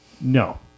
No